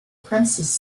princes